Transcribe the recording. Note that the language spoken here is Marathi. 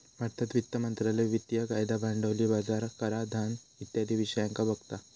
भारतात वित्त मंत्रालय वित्तिय कायदा, भांडवली बाजार, कराधान इत्यादी विषयांका बघता